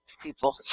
people